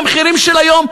במחירים של היום,